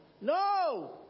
No